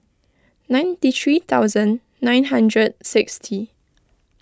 ninety three thousand nine hundred sixty